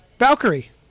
Valkyrie